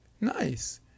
nice